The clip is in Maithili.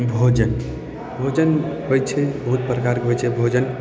भोजन भोजन होइ छै बहुत प्रकारके होइ छै भोजन